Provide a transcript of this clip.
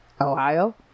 ohio